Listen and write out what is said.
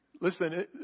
listen